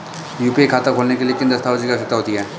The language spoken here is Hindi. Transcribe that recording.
यू.पी.आई खाता खोलने के लिए किन दस्तावेज़ों की आवश्यकता होती है?